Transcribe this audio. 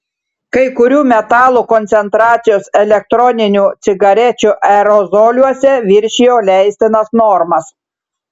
kai kurių metalų koncentracijos elektroninių cigarečių aerozoliuose viršijo leistinas normas